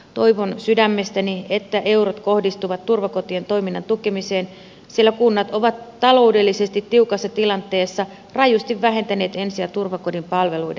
toivon sydämestäni että eurot kohdistuvat turvakotien toiminnan tukemiseen sillä kunnat ovat taloudellisesti tiukassa tilanteessa rajusti vähentäneet ensi ja turvakotipalveluiden käyttöä